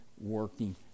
working